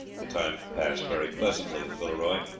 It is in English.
the time passed very pleasantly at villeroy.